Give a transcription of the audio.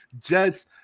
Jets